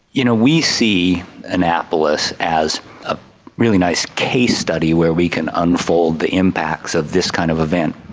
you know we see annapolis as a really nice case study where we can unfold the impacts of this kind of event.